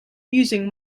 using